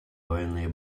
военные